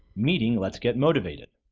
meeting let's get motivated!